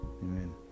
Amen